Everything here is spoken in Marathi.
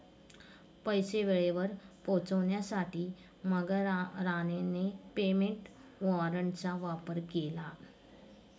पैसे वेळेवर पोहोचवण्यासाठी मांगेरामने पेमेंट वॉरंटचा वापर केला